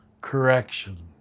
correction